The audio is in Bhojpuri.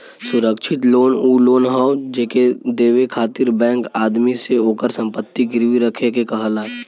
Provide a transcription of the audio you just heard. सुरक्षित लोन उ लोन हौ जेके देवे खातिर बैंक आदमी से ओकर संपत्ति गिरवी रखे के कहला